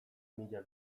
mila